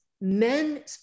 Men